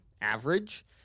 average